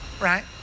Right